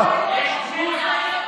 יש גבול.